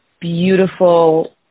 beautiful